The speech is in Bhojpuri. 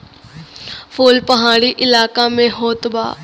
फूल पहाड़ी इलाका में होत बा